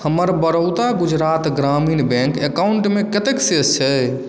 हमर बड़ौदा गुजरात ग्रामीण बैंक अकाउंटमे कतेक शेष छै